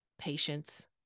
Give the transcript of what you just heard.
patience